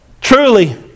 truly